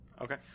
Okay